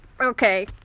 Okay